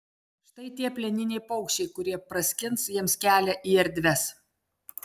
štai tie plieniniai paukščiai kurie praskins jiems kelią į erdves